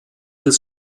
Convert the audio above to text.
des